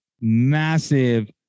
massive